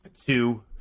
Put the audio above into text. Two